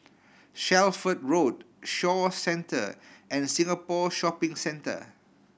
Shelford Road Shaw Centre and Singapore Shopping Centre